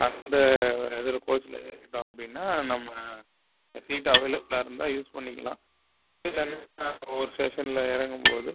அந்த இதில் கோச்சில் ஏறிவிட்டோம் அப்படின்னா நம்ம சீட் அவைலபுலாக இருந்தால் யூஸ் பண்ணிக்கலாம் இல்லைன்னா ஒரு ஸ்டேஷனில் இறங்கும்போது